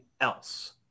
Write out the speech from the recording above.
else